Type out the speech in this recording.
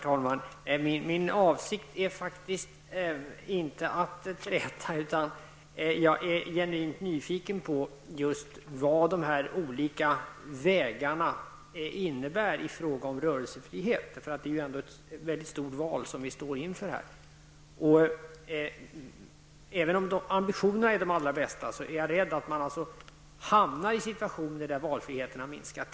Herr talman! Min avsikt är faktiskt inte att träta, utan jag är genuint nyfiken på just vad de här olika vägarna innebär i fråga om rörelsefrihet. Det är ändå ett mycket stort val som vi står inför. Även om ambitionerna är de allra bästa är jag rädd för att man hamnar i situationer där valfriheten minskar.